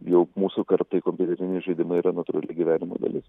jau mūsų kartai kompiuteriniai žaidimai yra natūrali gyvenimo dalis